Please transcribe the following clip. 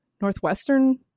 Northwestern